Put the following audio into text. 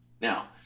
Now